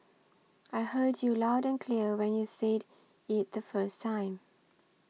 I heard you loud and clear when you said it the first time